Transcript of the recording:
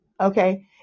Okay